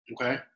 Okay